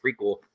prequel